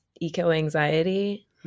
eco-anxiety